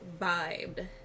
vibed